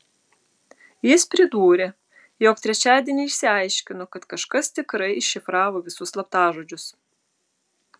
jis pridūrė jog trečiadienį išsiaiškino kad kažkas tikrai iššifravo visus slaptažodžius